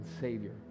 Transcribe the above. Savior